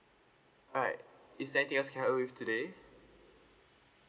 all right is there anything else can I help you with today